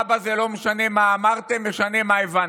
אבא, זה לא משנה מה אמרתם, משנה מה הבנתי.